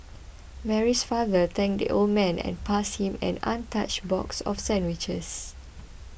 Mary's father thanked the old man and passed him an untouched box of sandwiches